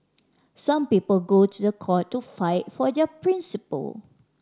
some people go to the court to fight for their principle